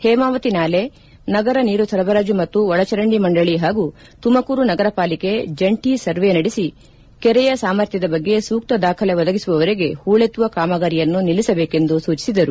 ಹೇಮಾವತಿ ನಾಲೆ ನಗರ ನೀರು ಸರಬರಾಜು ಮತ್ತು ಒಳಚರಂಡಿ ಮಂಡಳಿ ಪಾಗೂ ತುಮಕೂರು ನಗರ ಪಾಲಿಕೆ ಜಂಟಿ ಸರ್ವೆ ನಡೆಸಿ ಕೆರೆಯ ಸಾಮರ್ಥ್ಯದ ಬಗ್ಗೆ ಸೂಕ್ತ ದಾಖಲೆ ಒದಗಿಸುವವರೆಗೆ ಪೂಳೆತ್ತುವ ಕಾಮಗಾರಿಯನ್ನು ನಿಲ್ಲಿಸಬೇಕೆಂದು ಸೂಚಿಸಿದರು